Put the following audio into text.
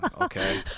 Okay